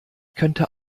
könnte